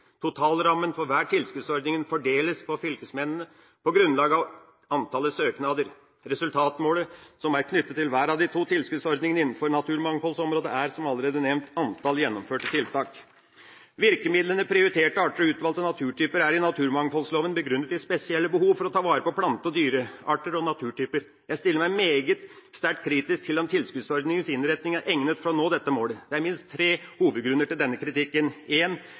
Totalrammen for hver tilskuddsordning fordeles på fylkesmennene på grunnlag av antallet søknader. Resultatmålet som er knyttet til hver av de to tilskuddsordningene innenfor naturmangfoldområdet, er, som allerede nevnt, antall gjennomførte tiltak. Virkemidlene «prioriterte arter» og «utvalgte naturtyper» er i naturmangfoldloven begrunnet i spesielle behov for å ta vare på plante- og dyrearter og naturtyper. Jeg stiller meg meget sterkt kritisk til om tilskuddsordningenes innretning er egnet for å nå dette målet. Det er minst tre hovedgrunner til denne kritikken: Ivaretakelse av truet natur forutsetter at tilgjengelige ressurser fordeles etter en